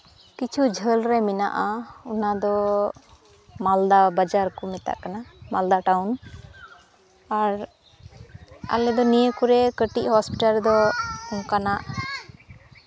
ᱠᱤᱪᱷᱩ ᱡᱷᱟᱹᱞ ᱨᱮ ᱢᱮᱱᱟᱜᱼᱟ ᱚᱱᱟ ᱫᱚ ᱢᱟᱞᱫᱟ ᱵᱟᱡᱟᱨ ᱠᱚ ᱢᱮᱛᱟᱜ ᱠᱟᱱᱟ ᱢᱟᱞᱫᱟ ᱴᱟᱣᱩᱱ ᱟᱨ ᱟᱞᱮ ᱫᱚ ᱱᱤᱭᱟᱹ ᱠᱚᱨᱮᱜ ᱠᱟᱹᱴᱤᱡ ᱦᱚᱥᱯᱤᱴᱟᱞ ᱨᱮᱫᱚ ᱚᱱᱠᱟᱱᱟᱜ